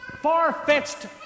far-fetched